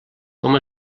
com